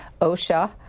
OSHA